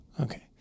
Okay